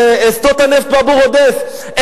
שדות הנפט באבו-רודס,